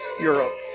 Europe